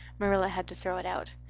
marilla had to throw it out.